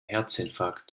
herzinfarkt